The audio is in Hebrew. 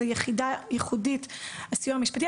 זאת יחידה ייחודית הסיוע המשפטי.